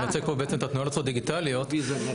כמה זה?